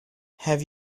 have